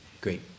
Great